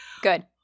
Good